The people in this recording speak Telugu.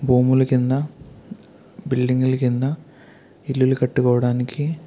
భూములు కింద బిల్డింగులు కింద ఇల్లులు కట్టుకోవడానికి